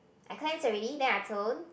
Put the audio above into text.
I cleanse already then I tone